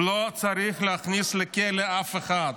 לא צריך להכניס לכלא אף אחד.